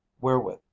wherewith